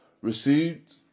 Received